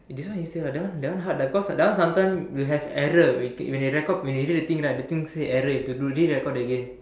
eh this one easier lah that one that one hard lah cause that one sometimes will have error wait when you record everything right that thing say error you have to re-record again